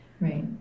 Right